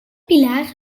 pilaar